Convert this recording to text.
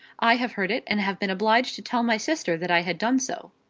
i have heard it, and have been obliged to tell my sister that i had done so.